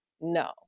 No